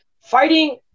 Fighting